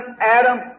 Adam